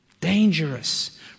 Dangerous